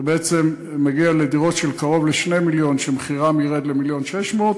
זה בעצם מגיע לדירות של קרוב ל-2 מיליון שמחירן ירד ל-1.6 מיליון,